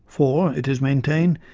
for, it is maintained,